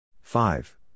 Five